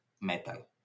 metal